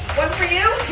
one for you.